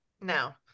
No